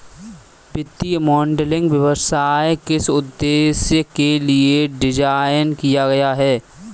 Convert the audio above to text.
वित्तीय मॉडलिंग व्यवसाय किस उद्देश्य के लिए डिज़ाइन किया गया है?